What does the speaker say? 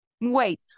Wait